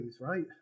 right